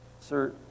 sir